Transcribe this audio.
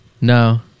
no